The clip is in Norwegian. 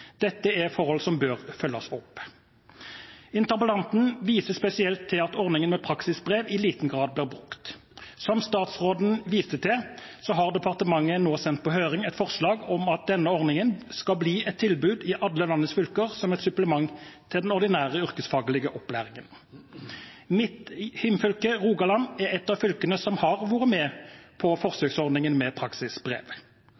Dette er forhold som bør følges opp. Interpellanten viser spesielt til at ordningen med praksisbrev i liten grad blir brukt. Som statsråden viste til, har departementet nå sendt på høring et forslag om at denne ordningen skal bli et tilbud i alle landets fylker, som et supplement til den ordinære yrkesfaglige opplæringen. Mitt hjemfylke, Rogaland, er et av fylkene som har vært med på forsøksordningen med